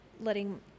letting